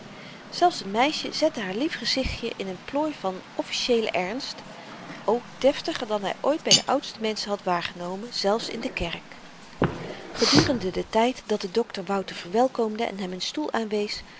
zelfs het meisje zette haar lief gezichtjen in n plooi van officieelen ernst o deftiger dan hy ooit by de oudste menschen had waargenomen zelfs in de kerk gedurende den tyd dat de dokter wouter verwelkomde en hem n stoel aanwees